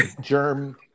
germ